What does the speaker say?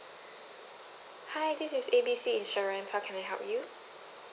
hi this is A B C insurance how can I help you